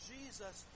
Jesus